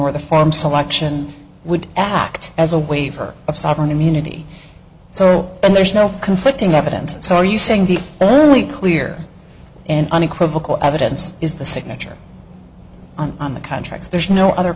or the form selection would act as a waiver of sovereign immunity so there's no conflicting evidence so are you saying the only clear and unequivocal evidence is the signature on the contract there's no other